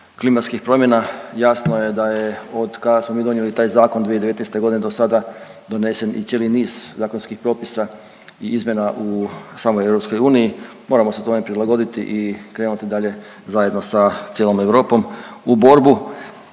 klimatskih promjena jasno je da je od kada smo mi donijeli taj zakon 2019. godine do sada donesen i cijeli niz zakonskih propisa i izmjena u samoj EU. Moramo se tome prilagoditi i krenuti dalje zajedno sa cijelom Europom u borbu